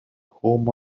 home